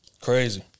Crazy